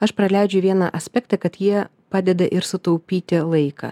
aš praleidžiu vieną aspektą kad jie padeda ir sutaupyti laiką